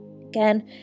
again